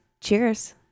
Cheers